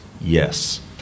Yes